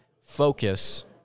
focus